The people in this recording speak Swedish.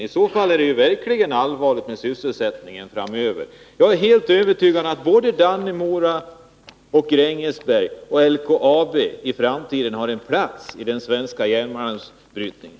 I så fall är det verkligen allvarligt för sysselsättningen framöver. Jag är helt övertygad om att både Dannemora, Grängesberg och LKAB i framtiden har en plats i den svenska järnmalmsbrytningen.